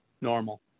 normal